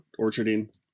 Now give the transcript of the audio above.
orcharding